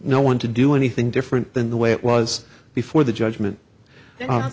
no one to do anything different than the way it was before the judgment